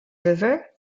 river